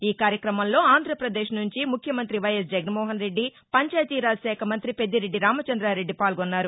ఈ కార్యక్రమంలో ఆంధ్రప్రదేశ్ నుంచి ముఖ్యమంత్రి వైఎస్ జగన్మోహన్రెడ్డి పంచాయతీ రాజ్ శాఖ మంతి పెద్దిరెడ్డి రామచంద్రారెడ్డి పాల్గొన్నారు